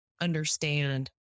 understand